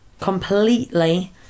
Completely